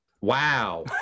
Wow